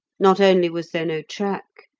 not only was there no track,